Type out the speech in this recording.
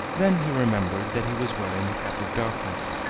then he remembered that he was wearing the cap of darkness,